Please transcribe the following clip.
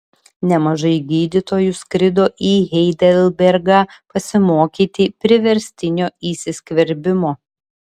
nemažai gydytojų skrido į heidelbergą pasimokyti priverstinio įsiskverbimo